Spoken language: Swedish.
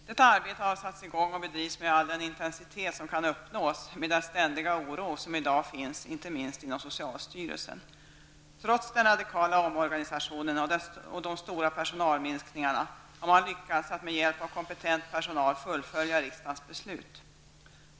Detta arbete har satts i gång och bedrivs med all den intensitet som kan uppnås med den ständiga oro som i dag finns, inte minst inom socialstyrelsen. Trots den radikala omorganisationen och de stora personalminskningarna har man lyckats att med hjälp av kompetent personal fullfölja riksdagens beslut.